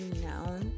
now